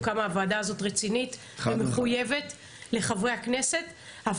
כמה הוועדה הזאת רצינית ומחוייבת לחברי הכנסת,